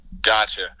Gotcha